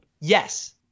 yes